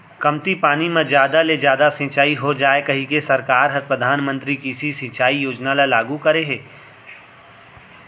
कमती पानी म जादा ले जादा सिंचई हो जाए कहिके सरकार ह परधानमंतरी कृषि सिंचई योजना ल लागू करे हे